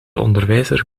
onderwijzer